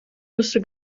wusste